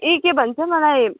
ए के भन्छ मलाई